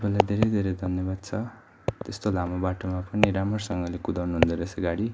तपाईँलाई धेरै धेरै धन्यवाद छ यस्तो लामो बाटोमा पनि राम्रोसँगले कुदाउनु हुँदो रहेछ गाडी